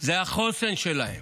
זה החוסן שלהם.